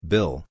Bill